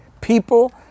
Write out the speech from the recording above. people